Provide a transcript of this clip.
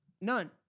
None